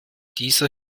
dieser